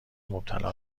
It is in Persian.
مبتلا